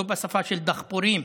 לא בשפה של דחפורים,